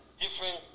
different